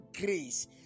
grace